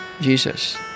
Jesus